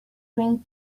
cream